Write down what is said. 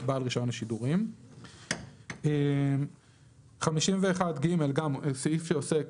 בעל רישיון לשידורים,"." 51ג גם סעיף שעוסק